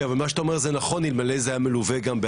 אבל מה שאתה אומר זה נכון אלמלא זה היה מלווה בהסברה,